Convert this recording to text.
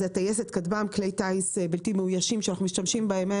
טייסת כטב"מ כלי טייס בלתי מאוישים שאנחנו משתמשים בהם,